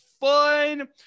fun